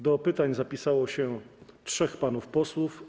Do pytań zapisało się trzech panów posłów.